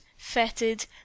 fetid